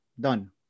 done